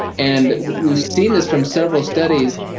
and we've seen this from several studies.